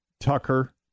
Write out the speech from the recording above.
Tucker